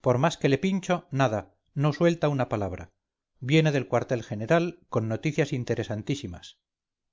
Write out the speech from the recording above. por más que le pincho nada no suelta una palabra viene del cuartel general con noticias interesantísimas